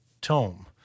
tome